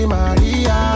Maria